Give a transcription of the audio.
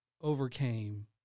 overcame